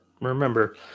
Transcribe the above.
remember